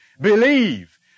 Believe